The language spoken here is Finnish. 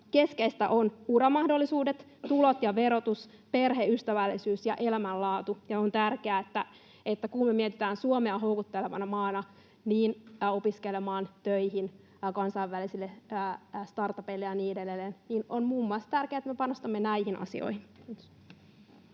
keskeisiä ovat uramahdollisuudet, tulot ja verotus, perheystävällisyys ja elämänlaatu. Kun me mietitään Suomea houkuttelevana maana opiskeluun, töihin, kansainvälisille startupeille ja niin edelleen, niin on tärkeää muun muassa, että me panostamme näihin asioihin.